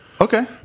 Okay